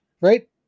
right